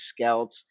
scouts